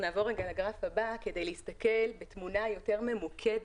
נעבור לגרף הבא כדי להסתכל בתמונה יותר ממוקדת